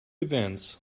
events